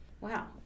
Wow